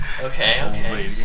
okay